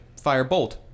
Firebolt